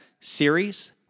series